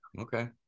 okay